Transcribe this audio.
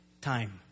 time